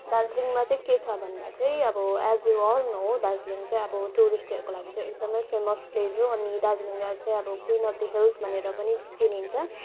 दार्जिलिङमा चाहिँ के छ भन्दा चाहिँ as you all know Darjeeling चाहिँ अब टुरिस्टहरूको लागि चाहिँ एकदमै फेमस प्लेस हो अनि दार्जिलिङलाई चाहिँ अब क्विन अफ द हिल्स भनेर पनि चिनिन्छ